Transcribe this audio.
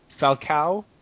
Falcao